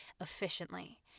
efficiently